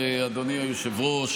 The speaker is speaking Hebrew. אדוני היושב-ראש,